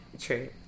true